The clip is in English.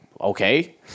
Okay